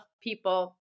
people